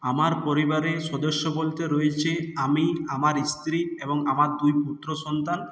আমার পরিবারে সদস্য বলতে রয়েছে আমি আমার স্ত্রী এবং আমার দুই পুত্রসন্তান